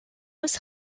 was